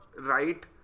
right